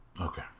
Okay